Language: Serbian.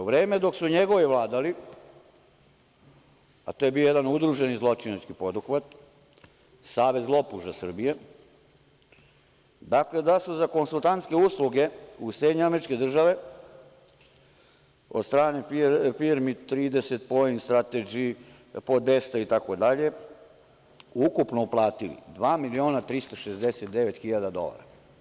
U vreme dok su njegovi vladali, a to je bio jedan udruženi zločinački poduhvat, savez lopuža Srbije, dakle, da su za konsultantske usluge u SAD od strane firmi „30 Point Strategies“, „Podesta“ itd. ukupno uplatili 2.369.000 dolara.